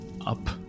up